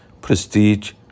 prestige